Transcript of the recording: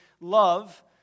love